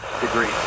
degree